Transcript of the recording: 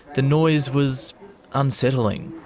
the noise was unsettling.